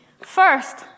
first